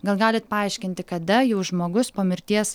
gal galit paaiškinti kada jau žmogus po mirties